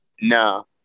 no